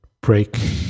break